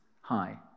high